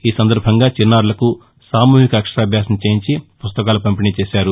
ఈ సందర్బంగా చిన్నారులకు సామూహిక అక్షరాభ్యాసం చేయించి పుస్తకాలు పంపిణీ చేశారు